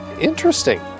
interesting